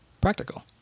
practical